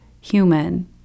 human